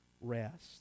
rest